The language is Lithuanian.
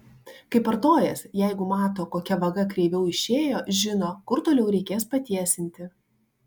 kaip artojas jeigu mato kokia vaga kreiviau išėjo žino kur toliau reikės patiesinti